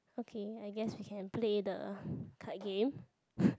okay I guess we can play the card game